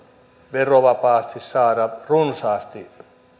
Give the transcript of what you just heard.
verovapaasti saada runsaasti